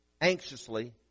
anxiously